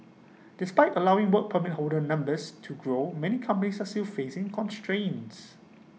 despite allowing Work Permit holder numbers to grow many companies are still facing constraints